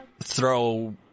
throw